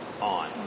on